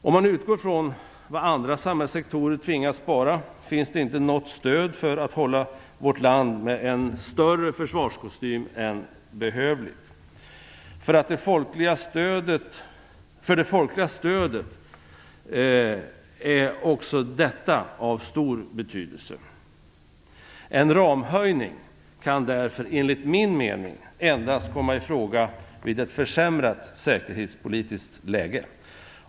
Om man utgår från vad andra samhällssektorer tvingas spara finns det inte något stöd för att hålla vårt land med en större försvarskostym än behövligt. För det folkliga stödet är också detta av stor betydelse. En ramhöjning kan därför enligt min mening endast komma i fråga vid ett försämrat säkerhetpolitiskt läge.